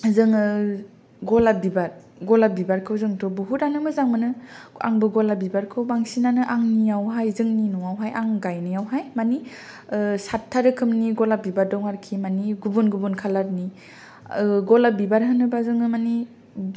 जोङो गलाब बिबार गलाब बिबारखौ जोंथ' बहुत आनो मोजां मोनो आंबो गलाब बिबारखौ बांसिनानो आंनियाव हाय जोंनि न'आव हाय आं गायनायाव हाय मानि सादथा रोखोमनि गलाब बिबार दं आरोखि मानि गुबुन गुबुन खालारनि गलाब बिबार होनोबा जोङो मानि